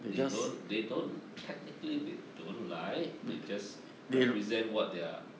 they don't they don't technically they don't lie they just represent what they're